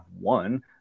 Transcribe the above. one